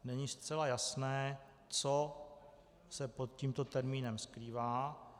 Není zcela jasné, co se pod tímto termínem skrývá.